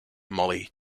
molly